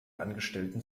angestellten